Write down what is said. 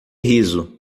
riso